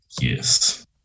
Yes